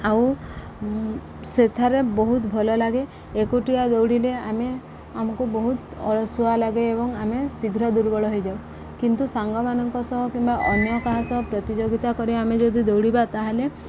ଆଉ ସେଠାରେ ବହୁତ ଭଲ ଲାଗେ ଏକୁଟିଆ ଦୌଡ଼ିଲେ ଆମେ ଆମକୁ ବହୁତ ଅଳସୁଆ ଲାଗେ ଏବଂ ଆମେ ଶୀଘ୍ର ଦୁର୍ବଳ ହେଇଯାଉ କିନ୍ତୁ ସାଙ୍ଗମାନଙ୍କ ସହ କିମ୍ବା ଅନ୍ୟ କାହା ସହ ପ୍ରତିଯୋଗିତା କରି ଆମେ ଯଦି ଦୌଡ଼ିବା ତା'ହେଲେ